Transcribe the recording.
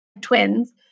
twins